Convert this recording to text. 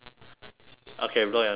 okay blow your nose again